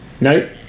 Nope